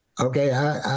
okay